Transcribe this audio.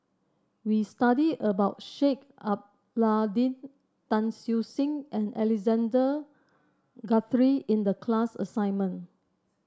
we study about Sheik Alau'ddin Tan Siew Sin and Alexander Guthrie in the class assignment